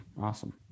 awesome